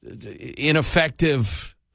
ineffective